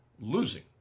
losing